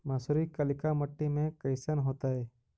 मसुरी कलिका मट्टी में कईसन होतै?